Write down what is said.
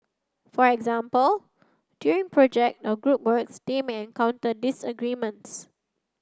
for example during project or group works they may encounter disagreements